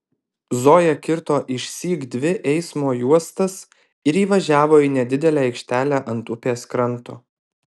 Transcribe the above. zoja kirto išsyk dvi eismo juostas ir įvažiavo į nedidelę aikštelę ant upės kranto